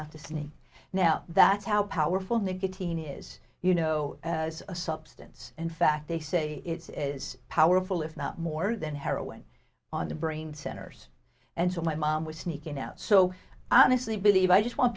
out to see me now that's how powerful nicotine is you know as a substance in fact they say it's as powerful if not more than heroin on the brain centers and so my mom was sneaking out so i honestly believe i just want